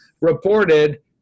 reported